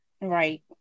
right